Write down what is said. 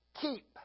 keep